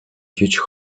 huge